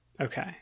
okay